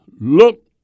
look